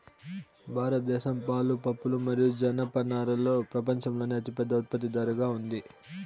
భారతదేశం పాలు, పప్పులు మరియు జనపనారలో ప్రపంచంలోనే అతిపెద్ద ఉత్పత్తిదారుగా ఉంది